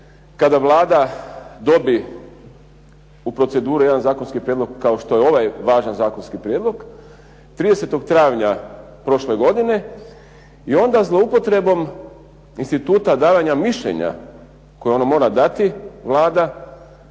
kada Vlada dobije u proceduru jedan zakonski prijedlog kao što je ovaj važan zakonski prijedlog 30. travnja prošle godine i onda zloupotrebom instituta davanja mišljenja koje onda mora dati Vlada